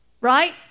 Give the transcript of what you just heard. Right